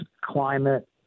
climate